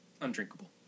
undrinkable